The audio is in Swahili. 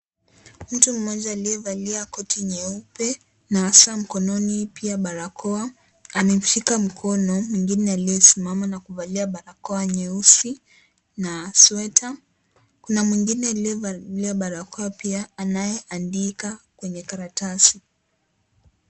Mtu mmoja aliyevalia koti nyeupe na saa mkononi pia barakoa amemshika mkono mwingine aliyesimama na kuvalia barakoa nyeusi na sweta. Kuna mwingine aliyevalia barakoa pia anaye andika kwenye karatasi.